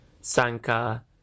Sanka